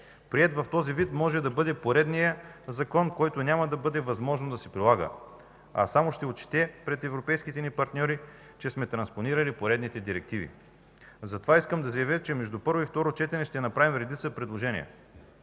Приет в този вид, може да бъде поредният закон, който няма да бъде възможно да се прилага, а само ще отчете пред европейските ни партньори, че сме транспонирали поредните директиви. Затова искам да заявя, че между първо и второ четене ще направим редица предложения.